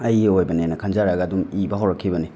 ꯑꯩꯒꯤ ꯑꯣꯏꯕꯅꯦꯅ ꯈꯟꯖꯔꯒ ꯑꯗꯨꯝ ꯏꯕ ꯍꯧꯔꯛꯈꯤꯕꯅꯤ